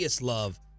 love